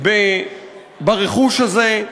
שמתגוררים ברכוש הזה,